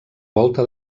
volta